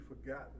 forgotten